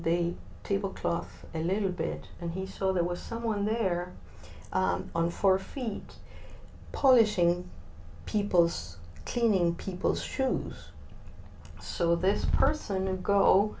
the tablecloth a little bit and he saw there was someone there on four feet polishing people's tin in people's shoes so this person and go